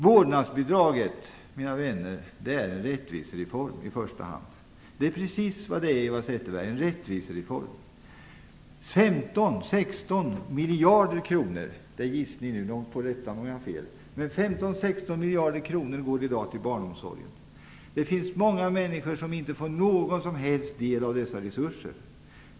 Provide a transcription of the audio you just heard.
Vårdnadsbidraget är i första hand en rättvisereform, mina vänner. Det är precis vad det är, Eva Zetterberg: en rättvisereform! 15 á 16 miljarder kronor går i dag till barnomsorgen - det är en gissning, och någon får rätta mig om jag har fel. Det finns många människor som inte får någon som helst del av dessa resurser.